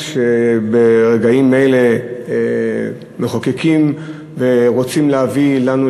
שברגעים אלה מחוקקים ורוצים להביא אלינו,